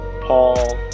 Paul